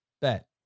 Bet